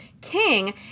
king